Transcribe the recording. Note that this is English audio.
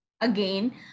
again